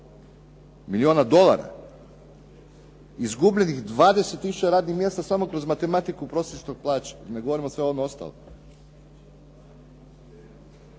milijuna dolara, izgubljenih 20 tisuća radnih mjesta samo kroz matematiku u prosječnoj plaći, ne govorimo sve ono ostalo.